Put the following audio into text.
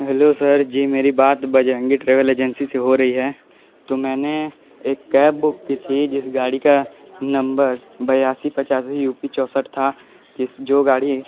hello sir ji मेरी बात Bajrangi travel agency से हो रही है तो मैंने एक कैब बुक की थी जिस गाड़ी का नंबर बयासी पाचासी यू पी चौसठ था जिस जो गाड़ी